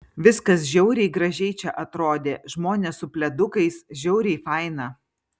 viskas žiauriai gražiai čia atrodė žmonės su pledukais žiauriai faina